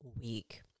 week